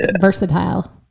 versatile